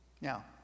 now